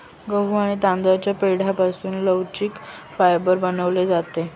गहू आणि तांदळाच्या पेंढ्यापासून लवचिक फायबर बनवले जाते